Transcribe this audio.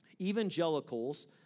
Evangelicals